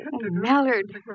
Mallard